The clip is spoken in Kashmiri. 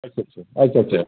اچھا اچھا اچھا اچھا